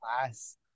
class